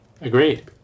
Agreed